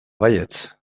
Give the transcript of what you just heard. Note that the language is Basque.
baietz